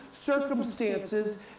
circumstances